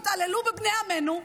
התעללו בבני עמנו,